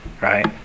right